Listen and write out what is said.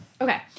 Okay